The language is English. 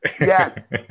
yes